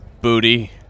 Booty